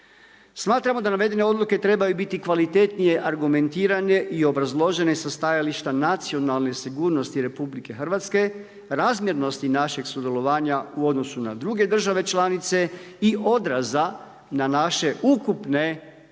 Smatramo da navedene odluke trebaju biti kvalitetnije argumentirane i obrazložene sa stajališta nacionalne sigurnosti RH, razmjernosti našeg sudjelovanja u odnosu na druge države članice i odraza na naše ukupne